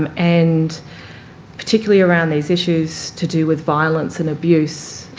um and particularly around these issues to do with violence and abuse,